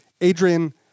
Adrian